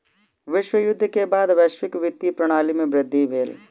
विश्व युद्ध के बाद वैश्विक वित्तीय प्रणाली में वृद्धि भेल